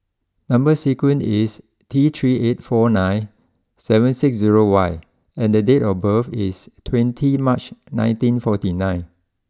number sequence is T three eight four nine seven six zero Y and the date of birth is twenty March nineteen forty nine